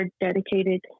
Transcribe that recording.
dedicated